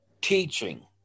teaching